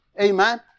Amen